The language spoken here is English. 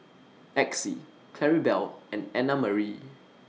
Exie Claribel and Annamarie